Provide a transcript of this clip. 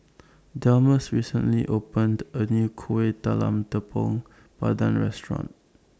Delmus recently opened A New Kueh Talam Tepong Pandan Restaurant